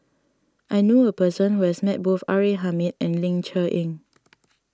I knew a person who has met both R A Hamid and Ling Cher Eng